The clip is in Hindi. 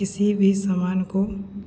किसी भी समान को